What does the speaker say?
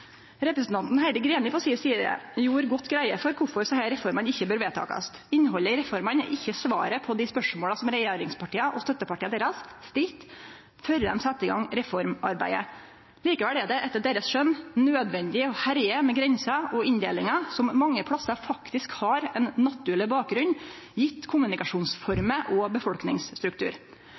Representanten Heidi Greni på si side gjorde god greie for kvifor desse reformene ikkje bør vedtakast. Innhaldet i reformene er ikkje svaret på dei spørsmåla regjeringspartia og støttepartia deira stilte før dei sette i gang reformarbeidet. Likevel er det etter deira skjønn nødvendig å herje med grenser og inndelingar som mange plassar faktisk har ein naturleg bakgrunn gjeve kommunikasjonsformer og befolkningsstruktur.